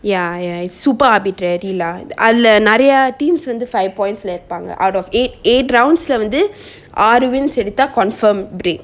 ya ya it's super arbitrary lah அதுல நெறைய:athula neray teams வந்து:vanthu five points lah இருப்பாங்க:iruppanga out of eight eight round lah வந்து ஆறு:vanthu aaru wins எடுத்தா:edutha confirm break